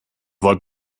wollt